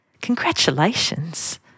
Congratulations